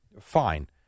fine